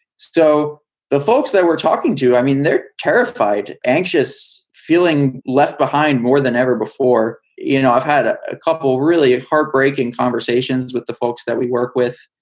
so the folks that we're talking to, i mean, they're terrified, anxious, feeling left behind more than ever before. you know, i've had a ah couple really heartbreaking conversations with the folks that we work with.